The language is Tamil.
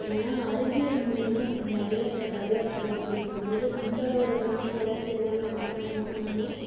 ஏன்னால் அறிவியல் மூலிமா நிறைய இப்போ டெவலப் ஆகிட்டு வந்துட்டுருக்கும் போது நம்மளோட கிராமம் வளர்ச்சியடையாமல் இருந்தால் நான் என்ன பண்ணணும்